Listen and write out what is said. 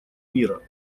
мира